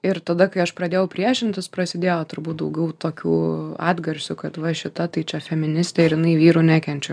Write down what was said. ir tada kai aš pradėjau priešintis prasidėjo turbūt daugiau tokių atgarsių kad va šita tai čia feministė ir jinai vyrų nekenčia